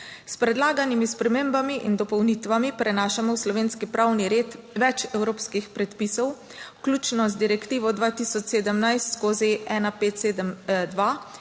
S predlaganimi spremembami in dopolnitvami prenašamo v slovenski pravni red več evropskih predpisov, vključno z direktivo 2017/1572,